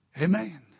Amen